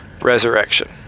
resurrection